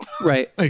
Right